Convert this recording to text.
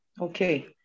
Okay